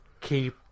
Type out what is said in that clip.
keep